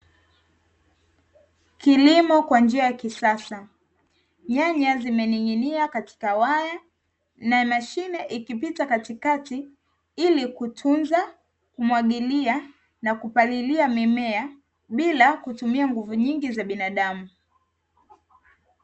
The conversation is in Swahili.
Kilimo kwa njia ya kisasa nyanya zimening’inia katika waya na mashine ikipita katikati ili kutunza, kumwagilia na kupalilia mimea bila kutumia nguvu nyingi za binadamu.